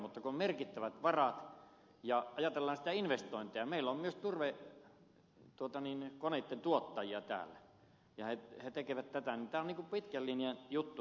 mutta kun on merkittävät varat ja ajatellaan sitä investointia meillä on myös turvekoneitten tuottajia täällä ja he tekevät tätä niin tämä on pitkän linjan juttu